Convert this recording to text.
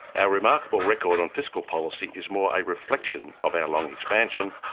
our remarkable record on fiscal policy is more a reflection of our long expansion,